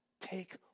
take